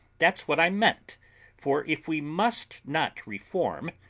that's what i meant for if we must not reform,